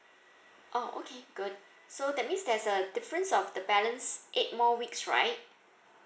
orh okay good so that means there's a difference of the balance eight more weeks right